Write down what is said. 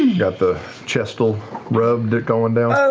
yeah got the chestal rubbed it going down?